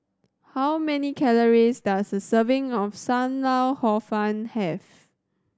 how many calories does a serving of Sam Lau Hor Fun have